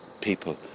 people